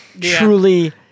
Truly